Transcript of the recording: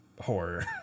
horror